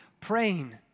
praying